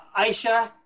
Aisha